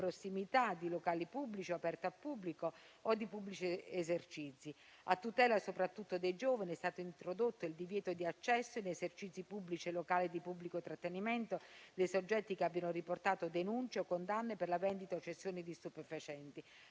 prossimità di locali pubblici o aperti al pubblico o di pubblici esercizi. A tutela soprattutto dei giovani è stato introdotto il divieto di accesso in esercizi pubblici e locali di pubblico trattenimento dei soggetti che abbiano riportato denunce o condanne per la vendita o cessione di stupefacenti.